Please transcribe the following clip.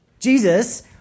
Jesus